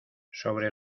sobre